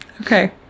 Okay